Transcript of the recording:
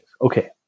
Okay